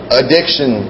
addiction